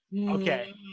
Okay